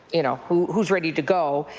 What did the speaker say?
you know, who who is ready to go?